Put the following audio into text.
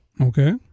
Okay